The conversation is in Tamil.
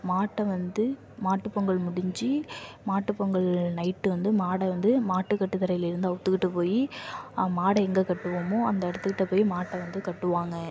மாட்டை வந்து மாட்டுப்பொங்கல் முடிஞ்சு மாட்டுப்பொங்கல் நைட் வந்து மாடை வந்து மாட்டு கட்டுத்தரையிலிருந்து அவித்துக்கிட்டு போய் மாடை எங்கள் கட்டுவோமோ அந்த இடத்துக்கிட்ட போய் மாட்டை வந்து கட்டுவாங்க